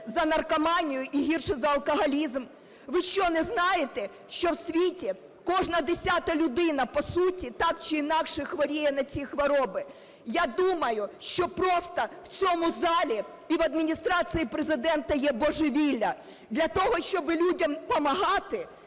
за наркоманію і гіршим за алкоголізм. Ви що, не знаєте, що в світі кожна десята людина по суті так чи інакше хворіє на ці хвороби? Я думаю, що просто в цьому залі і в Адміністрації Президента є божевілля. Для того, щоби людям допомагати,